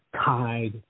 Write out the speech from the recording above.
tied